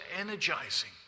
energizing